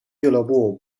俱乐部